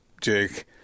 Jake